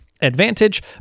advantage